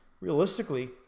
Realistically